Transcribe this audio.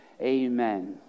amen